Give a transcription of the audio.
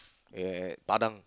at Padang